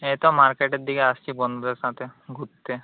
এই তো মার্কেটের দিকে আসছি বন্ধুদের সাথে ঘুরতে